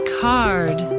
card